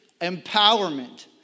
empowerment